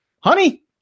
Honey